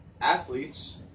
athletes